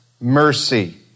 mercy